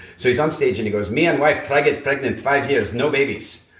so he's on stage and he goes, me and wife try get pregnant five years no babies.